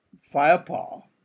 firepower